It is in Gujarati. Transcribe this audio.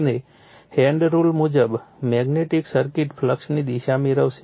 અને હેન્ડ રુલ મુજબ મેગ્નેટિક સર્કિટ ફ્લક્સની દિશા મેળવશે